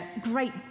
great